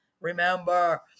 remember